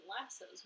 Lassos